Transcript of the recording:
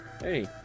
Hey